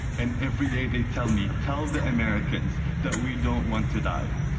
and, every day they tell me, tell the americans that we don't want to die.